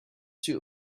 two